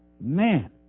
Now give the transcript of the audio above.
man